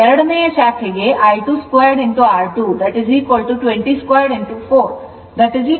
ಎರಡನೆಯ ಶಾಖೆಗೆ I22 R2 202 4 1600 watt ಆಗಿದೆ